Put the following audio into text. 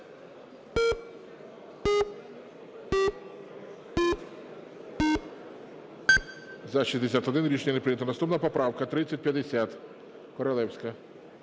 За-61 Рішення не прийнято. Наступна поправка 3143, Королевська.